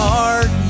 Heart